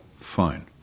fine